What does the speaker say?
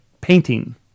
painting